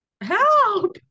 help